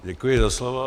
Děkuji za slovo.